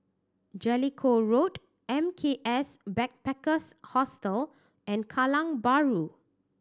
Jellicoe Road M K S Backpackers Hostel and Kallang Bahru